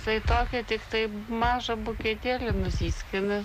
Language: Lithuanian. tai tokį tiktai mažą bukletėlį nusiskina